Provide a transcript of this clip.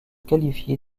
qualifier